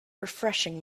refreshing